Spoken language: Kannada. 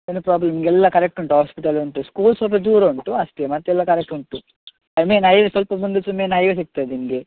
ಏನು ಪ್ರಾಬ್ಲಮಿಲ್ಲ ನಿಮಗೆಲ್ಲಾ ಕರೆಕ್ಟ್ ಉಂಟು ಹಾಸ್ಪಿಟಲ್ ಉಂಟು ಸ್ಕೂಲ್ ಸ್ವಲ್ಪ ದೂರ ಉಂಟು ಅಷ್ಟೆ ಮತ್ತೆಲ್ಲ ಕರೆಕ್ಟ್ ಉಂಟು ಐ ಮೀನ್ ಹಾಗೆ ಸ್ವಲ್ಪ ಮುಂದೆ ಸಹ ಮೇಯ್ನ್ ಐವೆ ಸಿಗ್ತದೆ ನಿಮಗೆ